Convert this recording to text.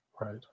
Right